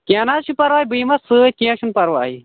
کیٚنٛہہ نہَ حظ چھُ پرواے بہٕ یِمس سٍتۍ کیٚنٛہہ چھُنہٕ پرواے